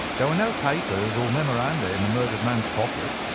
there were no papers or memoranda in the murdered man's pocket,